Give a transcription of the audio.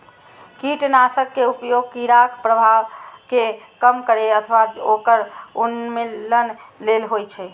कीटनाशक के उपयोग कीड़ाक प्रभाव कें कम करै अथवा ओकर उन्मूलन लेल होइ छै